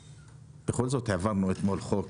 בכל זאת העברנו אתמול חוק